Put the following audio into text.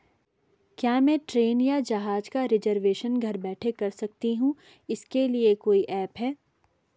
क्या मैं ट्रेन या जहाज़ का रिजर्वेशन घर बैठे कर सकती हूँ इसके लिए कोई ऐप है?